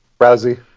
Rousey